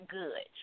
good